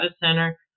center